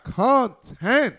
content